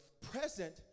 present